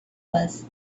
was